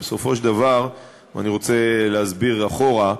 אני רוצה להסביר אחורה: